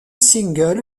single